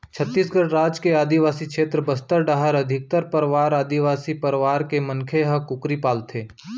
छत्तीसगढ़ राज के आदिवासी छेत्र बस्तर डाहर अधिकतर परवार आदिवासी परवार के मनखे ह कुकरी पालथें